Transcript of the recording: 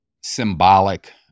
symbolic